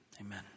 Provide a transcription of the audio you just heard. amen